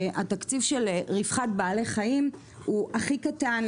התקציב של רווחת בעלי-חיים הוא הכי קטן.